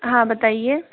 हाँ बताइए